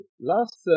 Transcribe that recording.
Last